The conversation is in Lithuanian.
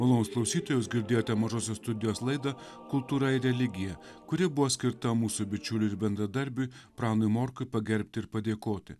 malonūs klausytojai jūs girdėjote mažosios studijos laidą kultūra ir religija kuri buvo skirta mūsų bičiuliui ir bendradarbiui pranui morkui pagerbti ir padėkoti